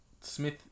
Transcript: Smith